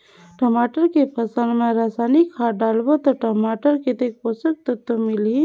टमाटर के फसल मा रसायनिक खाद डालबो ता टमाटर कतेक पोषक तत्व मिलही?